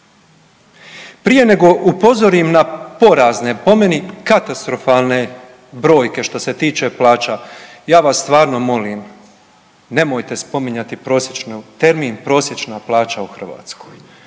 Prije nego upozorim na porazne po meni katastrofalne brojke što se tiče plaća, ja vas stvarno molim, nemojte spominjati prosječnu, termin „prosječna plaća u Hrvatskoj“